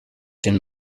den